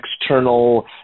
external